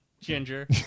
Ginger